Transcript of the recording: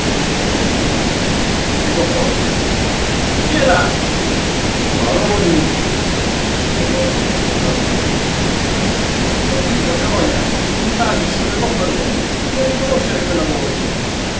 gambe tossí gridò forte chi è là paroni chiamò una voce cavernosa un'improvvisa gioja invase e sollevò paroni nel riconoscere quella voce